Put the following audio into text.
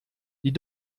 die